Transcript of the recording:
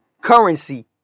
Currency